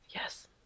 Yes